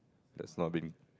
that's not being